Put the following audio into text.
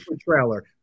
Trailer